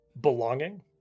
belonging